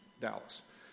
Dallas